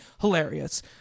hilarious